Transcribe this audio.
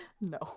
No